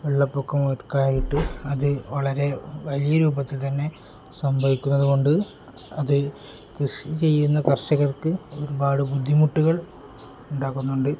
വെള്ളപ്പൊക്കം ഒക്കെയായിട്ട് അതു വളരെ വലിയ രൂപത്തിൽ തന്നെ സംഭവിക്കുന്നതു കൊണ്ട് അതു കൃഷി ചെയ്യുന്ന കർഷകർക്ക് ഒരുപാട് ബുദ്ധിമുട്ടുകൾ ഉണ്ടാക്കുന്നുണ്ട്